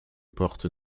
porte